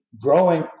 growing